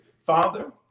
Father